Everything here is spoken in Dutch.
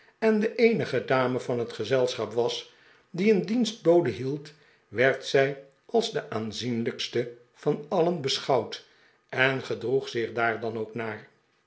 en de eenige dame van het gezelschan was die een dienstbode hield werd zij als de aanzienlijkste van alien beschouwd en gedroeg zich daar dan ook naar